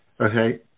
Okay